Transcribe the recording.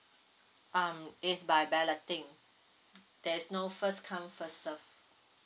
um it's by balloting there's no first come first serve